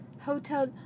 Hotel